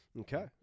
Okay